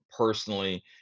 personally